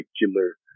particular